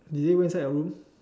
did they go inside your room